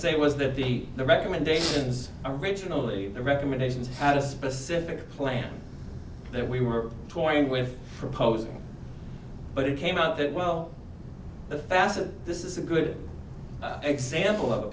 say was that the the recommendations originally the recommendations had a specific plan that we were toying with proposing but it came out that well the facet this is a good example of a